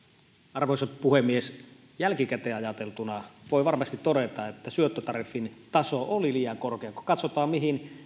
puhemies jälkikäteen ajateltuna voi varmasti todeta että syöttötariffin taso oli liian korkea kun katsotaan mihin